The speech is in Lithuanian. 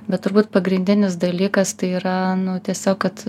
bet turbūt pagrindinis dalykas tai yra tiesiog kad